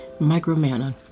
Micromanna